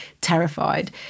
terrified